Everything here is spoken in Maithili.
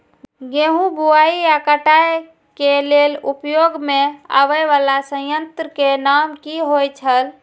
गेहूं बुआई आ काटय केय लेल उपयोग में आबेय वाला संयंत्र के नाम की होय छल?